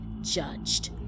judged